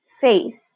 face